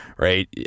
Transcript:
Right